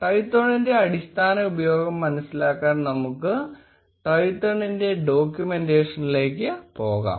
Twython ന്റെ അടിസ്ഥാന ഉപയോഗം മനസ്സിലാക്കാൻ നമുക്ക് Twython ന്റെ ഡോക്യുമെന്റേഷനിലേക്ക് പോകാം